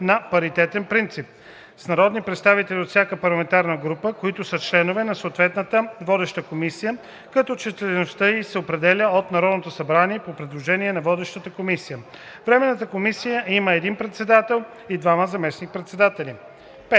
на паритетен принцип – с народни представители от всяка парламентарна група, които са членове на съответната водеща комисия, като числеността й се определя от Народното събрание по предложение на водещата комисия. Временната комисия има един председател и двама заместник-председатели.